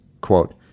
quote